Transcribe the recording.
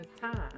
time